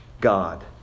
God